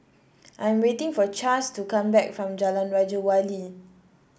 I'm waiting for Chace to come back from Jalan Raja Wali